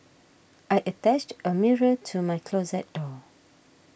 I attached a mirror to my closet door